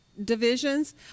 divisions